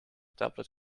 tablet